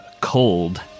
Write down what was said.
Cold